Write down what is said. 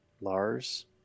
Lars